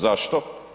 Zašto?